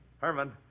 Herman